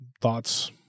thoughts